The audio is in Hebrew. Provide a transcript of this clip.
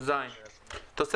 לא עכשיו.